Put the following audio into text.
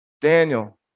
Daniel